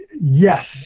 Yes